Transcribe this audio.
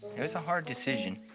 it was a hard decision.